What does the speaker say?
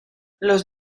los